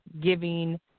giving